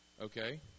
Okay